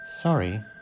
Sorry